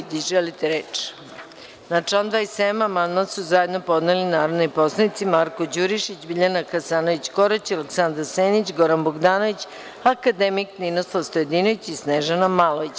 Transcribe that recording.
Da li neko želi reč? (Ne.) Na član 27. amandman su zajedno podneli narodni poslanici Marko Đurišić, Birana Hasanović Korać, Aleksandar Senić, Goran Bogdanović, akademik Ninoslav Stojadinović i Snežana Malović.